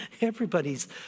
Everybody's